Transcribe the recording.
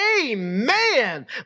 amen